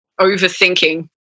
overthinking